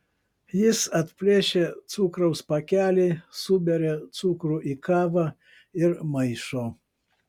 jis atplėšia cukraus pakelį suberia cukrų į kavą ir maišo